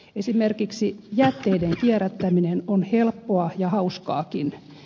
esimerkiksi jätteiden kierrättäminen on helppoa ja hauskaakin